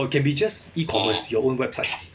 or can be just E-commerce your own website